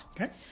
Okay